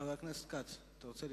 חבר הכנסת כץ, אתה רוצה להתייחס?